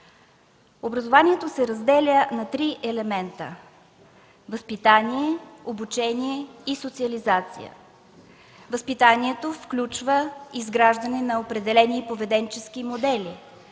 Образованието се разделя на три елемента – възпитание, обучение и социализация. Възпитанието включва изграждане на определени поведенчески модели,